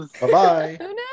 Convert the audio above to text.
Bye-bye